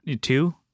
Two